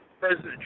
President